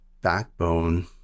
backbone